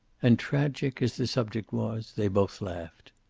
and, tragic as the subject was, they both laughed.